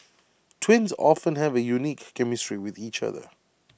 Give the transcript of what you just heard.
twins often have A unique chemistry with each other